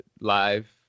live